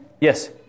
Yes